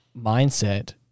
mindset